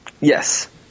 Yes